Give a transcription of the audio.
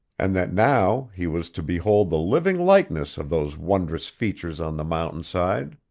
and that now he was to behold the living likeness of those wondrous features on the mountainside.